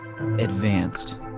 advanced